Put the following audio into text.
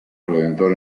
redentor